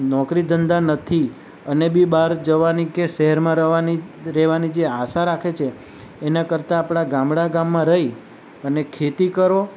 નોકરી ધંધા નથી અને બી બહાર જવાની કે શહેરમાં રવાની રહેવાની જે આશા રાખે છે એના કરતાં આપણા ગામડા ગામમાં રહી અને ખેતી કરો